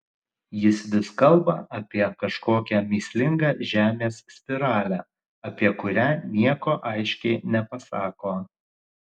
jis vis kalba apie kažkokią mįslingą žemės spiralę apie kurią nieko aiškiai nepasako